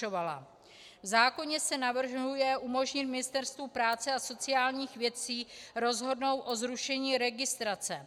V zákoně se navrhuje umožnit Ministerstvu práce a sociálních věcí rozhodnout o zrušení registrace.